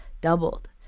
doubled